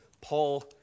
Paul